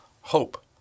hope